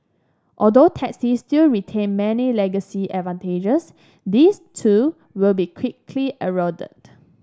although taxis still retain many legacy advantages these too will be quickly eroded